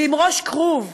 ועם "ראש כרוב",